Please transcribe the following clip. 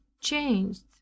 changed